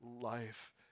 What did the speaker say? life